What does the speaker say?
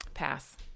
pass